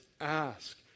ask